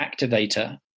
activator